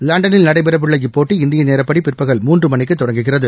லண்டனில் நடைபெறவுள்ள இப்போட்டி இந்திய நேரப்படி பிற்பகல் மூன்று மணிக்கு தொடங்குகிறது